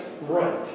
right